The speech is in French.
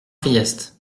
priest